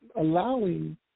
allowing